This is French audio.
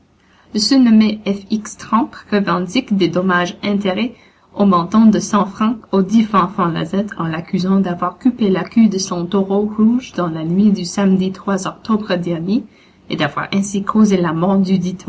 x trempe revendique des dommages-intérêts au montant de cent francs au dit fanfan lazette en l'accusant d'avoir coupé la queue de son taureau rouge dans la nuit du samedi octobre dernier et d'avoir ainsi causé la mort du